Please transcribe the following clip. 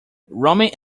roaming